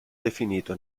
definito